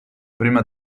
prima